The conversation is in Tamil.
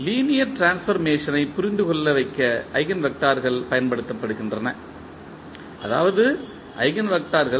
லீனியர் டிரான்ஸ்ஃபார்மேஷன் ஐ புரிந்துகொள்ள வைக்க ஈஜென்வெக்டர்கள் பயன்படுத்தப்படுகின்றன அதாவது ஈஜென்வெக்டர்கள்